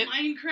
Minecraft